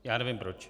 Já nevím proč.